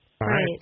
right